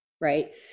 right